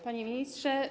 Panie Ministrze!